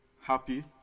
happy